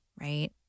right